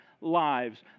lives